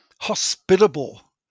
hospitable